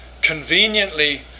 conveniently